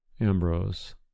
Ambrose